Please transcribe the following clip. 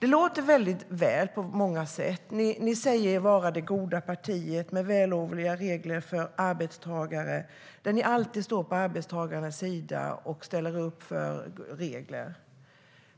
verkar handla om att man är emot det mesta. Det låter väl på många sätt: Ni säger er vara det goda partiet som vill ha vällovliga regler för arbetstagare, och ni står alltid på arbetstagarens sida och ställer upp för regler.